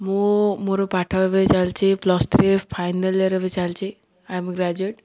ମୁଁ ମୋର ପାଠ ଏବେ ଚାଲିଛି ପ୍ଲସ୍ ଥ୍ରୀ ଫାଇନାଲ୍ ଇୟର ବି ଚାଲିଛି ଆଇ ଆମ ଏ ଗ୍ରାଜୁଏଟ୍